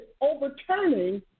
overturning